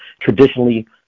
traditionally